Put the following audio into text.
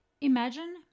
imagine